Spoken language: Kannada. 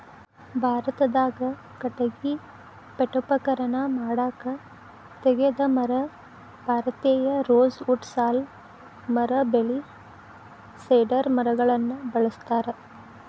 ಭಾರತದಾಗ ಕಟಗಿ ಪೇಠೋಪಕರಣ ಮಾಡಾಕ ತೇಗದ ಮರ, ಭಾರತೇಯ ರೋಸ್ ವುಡ್ ಸಾಲ್ ಮರ ಬೇಳಿ ಸೇಡರ್ ಮರಗಳನ್ನ ಬಳಸ್ತಾರ